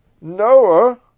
Noah